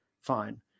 Fine